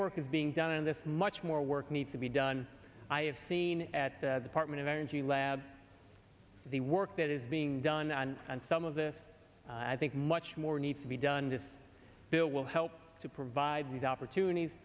work is being done and that's much more work needs to be done i have seen at the partment energy lab the work that is being done and and some of this i think much more needs to be done this bill will help to provide these opportunities